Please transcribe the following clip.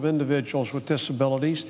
of individuals with disabilities